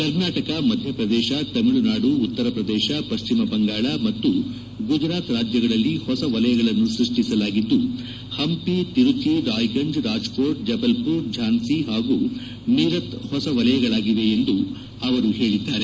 ಕರ್ನಾಟಕ ಮಧ್ಯಪ್ರದೇಶ ತಮಿಳುನಾಡು ಉತ್ತರ ಪ್ರದೇಶ ಪಶ್ಚಿಮ ಬಂಗಾಳ ಮತ್ತು ಗುಜರಾತ್ ರಾಜ್ಯಗಳಲ್ಲಿ ಹೊಸ ವಲಯಗಳನ್ನು ಸ್ಟಷ್ಷಿಸಲಾಗಿದ್ದು ಹಂಪಿ ತಿರುಚಿ ರಾಯಗಂಜ್ ರಾಜಕೋಟ್ ಜಬಲ್ಪುರ್ ಝಾನ್ಸಿ ಹಾಗೂ ಮೀರತ್ ಗಳಲ್ಲಿ ಹೊಸ ವಲಯಗಳಾಗಿವೆ ಎಂದು ಅವರು ಹೇಳಿದ್ದಾರೆ